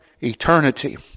eternity